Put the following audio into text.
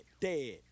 dead